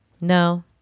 No